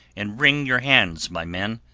and wring your hands, my men?